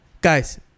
Guys